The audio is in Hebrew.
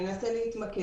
אני אנסה להתמקד.